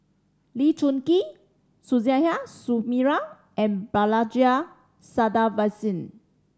Lee Choon Kee Suzairhe Sumari and Balaji Sadasivan